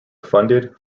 founded